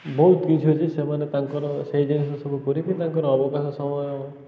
ବହୁତ କିଛି ଅଛି ସେମାନେ ତାଙ୍କର ସେଇ ଜିନିଷ ସବୁ କରିକି ତାଙ୍କର ଅବକାଶ ସମୟ